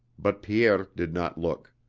but pierre did not look.